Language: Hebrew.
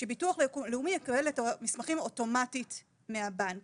שביטוח לאומי יקבל את המסמכים אוטומטית מהבנק